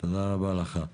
רבה לך.